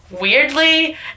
weirdly